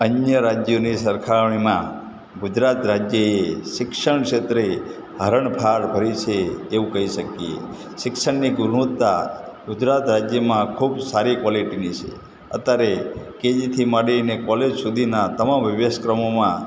અન્ય રાજ્યોની સરખામણીમાં ગુજરાત રાજ્યએ શિક્ષણ ક્ષેત્રે હરણફાળ ભરી છે એવું કહી શકીએ શિક્ષણની ગુણવત્તા ગુજરાત રાજ્યમાં ખૂબ સારી ક્વોલિટીની છે અત્યારે કે જીથી માંડીને કોલેજ સુધીના તમામ અભ્યાસક્રમોમાં